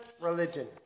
religion